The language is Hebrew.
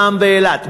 מע"מ באילת,